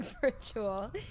virtual